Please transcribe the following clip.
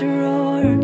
roar